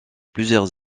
plusieurs